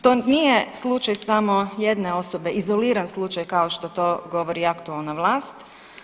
To nije slučaj samo jedne osobe, izoliran slučaj kao što to govori aktualna vlast.